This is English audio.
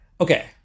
Okay